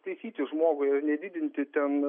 taisytis žmogui nedidinti ten